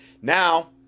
now